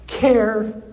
care